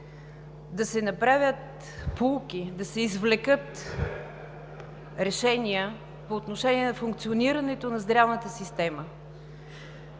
да се направят поуки, да се извлекат решения по отношение на функционирането на здравната система.